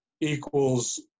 equals